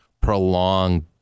prolonged